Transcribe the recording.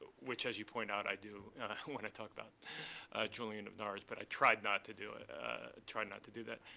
which, as you point out, i do when i talk about julian of norwich. but i tried not to do it. i ah tried not to do that.